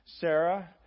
Sarah